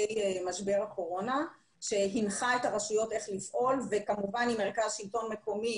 משבר הקורונה שהנחה את הרשויות איך לפעול וכמובן עם מרכז שלטון מקומי